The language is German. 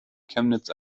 chemnitz